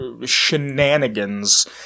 shenanigans